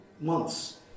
months